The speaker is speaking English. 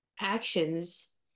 actions